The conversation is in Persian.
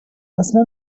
اصلا